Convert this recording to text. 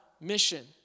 mission